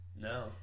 No